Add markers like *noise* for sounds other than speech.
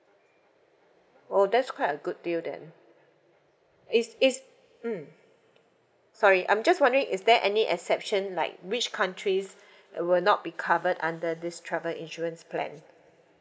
oh that's quite a good deal then it's it's mm sorry I'm just wondering is there any exception like which countries *breath* will not be covered under this travel insurance plan